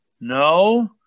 No